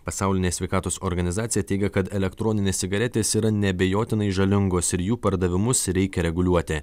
pasaulinė sveikatos organizacija teigia kad elektroninės cigaretės yra neabejotinai žalingos ir jų pardavimus reikia reguliuoti